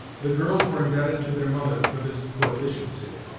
the girls were indebted to their mother for this proficiency,